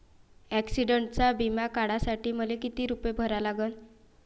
ॲक्सिडंटचा बिमा काढा साठी मले किती रूपे भरा लागन?